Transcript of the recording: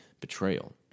betrayal